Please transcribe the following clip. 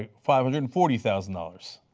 ah five hundred and forty thousand dollars.